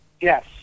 Yes